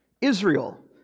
Israel